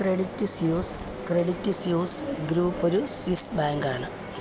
credit Suisse Credit Suisse group ഒരു Swiss bank ആണ്